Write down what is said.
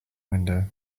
window